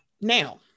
now